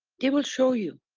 they will show you.